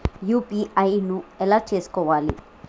UPI ను ఎలా చేస్కోవాలి?